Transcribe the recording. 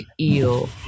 eel